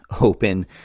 open